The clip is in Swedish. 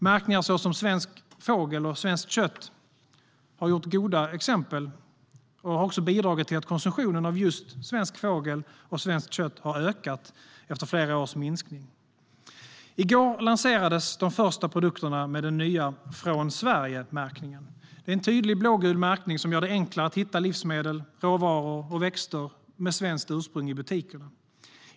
Märkningar såsom Svensk fågel och Svenskt kött har utgjort goda exempel och har också bidragit till att konsumtionen av just svensk fågel och svenskt kött har ökat efter flera års minskning. I går lanserades de första produkterna med den nya Från Sverige-märkningen, en tydlig blågul märkning som gör det enklare att hitta livsmedel, råvaror och växter med svenskt ursprung i butikerna.